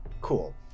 cool